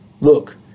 Look